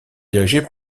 dirigé